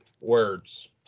words